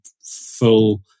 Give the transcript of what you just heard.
full